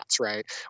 right